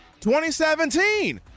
2017